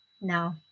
No